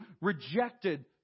rejected